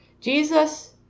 Jesus